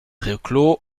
reclos